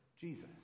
Jesus